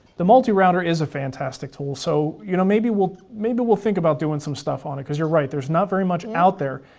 the multi-router is a fantastic tool, so you know maybe we'll maybe we'll think about doing some stuff on it because you're right, there's not very much out there.